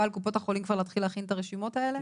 על קופות החולים כבר להתחיל להכין את הרשימות האלה?